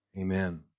Amen